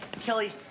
Kelly